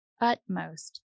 utmost